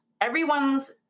everyone's